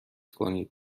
کنید